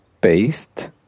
paste